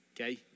okay